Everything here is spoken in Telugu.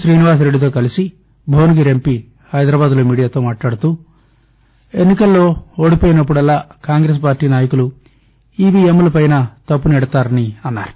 రీనివాసరెడ్డితో కలిసి భువనగిరి ఎంపి హైదరాబాద్లో మీడియాతో మాట్లాడుతూ ఎన్నికల్లో ఓడిపోయినప్పుడల్లా కాంగ్రెస్ పార్టీ నాయకలు ఈవీఎంలపై తప్పు నెడతారని అన్నారు